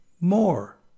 more